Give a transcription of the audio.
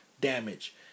damage